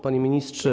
Pani Ministrze!